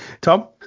Tom